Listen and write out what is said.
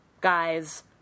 guys